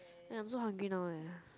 ya I am so hungry now leh